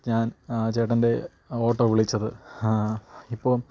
ഞാൻ ചേട്ടൻ്റെ ഓട്ടോ വിളിച്ചത് ഇപ്പോൾ